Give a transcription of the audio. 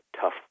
tough